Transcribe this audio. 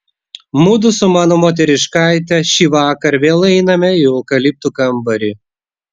mudu su mano moteriškaite šįvakar vėl einame į eukaliptų kambarį